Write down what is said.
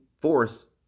force